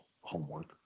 homework